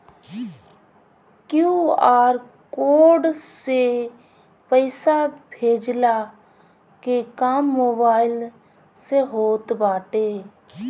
QR code से पईसा भेजला के काम मोबाइल से होत बाटे